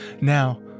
Now